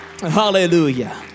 hallelujah